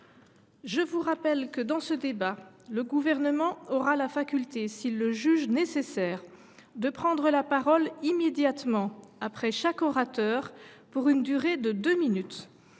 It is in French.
Je vous rappelle que, dans ce débat, le Gouvernement aura la faculté, s’il le juge nécessaire, de prendre la parole immédiatement après chaque orateur pour une durée de deux minutes